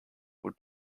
would